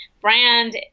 brand